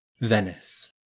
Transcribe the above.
venice